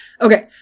Okay